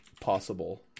possible